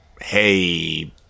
Hey